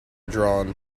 drawn